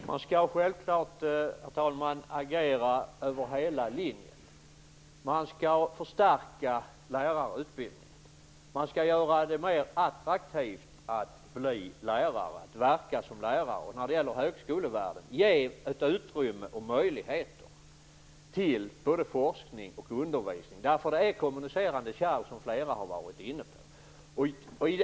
Herr talman! Man skall självfallet agera över hela linjen. Man skall förstärka lärarutbildningen. Man skall göra det mer attraktivt att bli lärare och verka som lärare. När det gäller högskolevärlden skall man ge möjligheter till både forskning och undervisning, eftersom det är kommunicerande kärl, som flera har varit inne på.